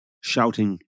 shouting